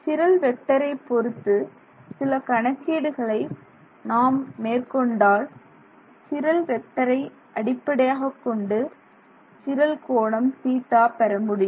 சிரல் வெக்டரை பொருத்து சில கணக்கீடுகளை நாம் மேற்கொண்டால் சிரல் வெக்டரை அடிப்படையாகக்கொண்டு சிரல் கோணம் θ பெற முடியும்